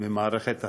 ממערכת החינוך,